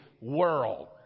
world